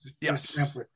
Yes